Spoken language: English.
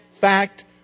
fact